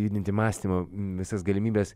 judinti mąstymo visas galimybes